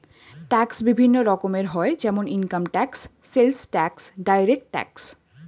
tax বিভিন্ন রকমের হয় যেমন income tax, sales tax, direct tax